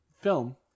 film